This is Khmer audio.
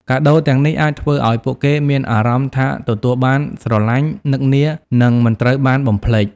កាដូទាំងនេះអាចធ្វើឲ្យពួកគេមានអារម្មណ៍ថាទទួលបានស្រឡាញ់ នឹកនា និងមិនត្រូវបានបំភ្លេច។